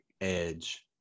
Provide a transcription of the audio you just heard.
Edge